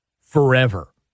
forever